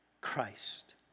Christ